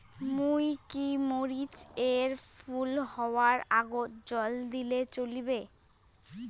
মুই কি মরিচ এর ফুল হাওয়ার আগত জল দিলে চলবে?